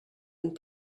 and